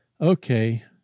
Okay